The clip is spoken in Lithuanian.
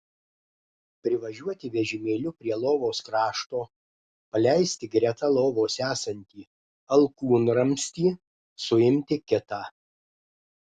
privažiuoti vežimėliu prie lovos krašto paleisti greta lovos esantį alkūnramstį suimti kitą